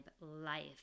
life